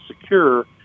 secure